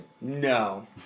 No